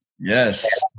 Yes